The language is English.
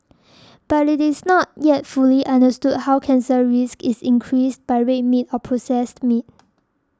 but it is not yet fully understood how cancer risk is increased by red meat or processed meat